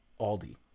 Aldi